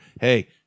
hey